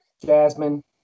Jasmine